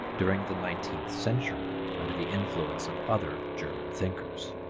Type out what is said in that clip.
during the nineteenth century under the influence of other german thinkers.